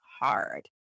hard